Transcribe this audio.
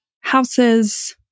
houses